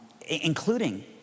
including